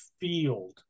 field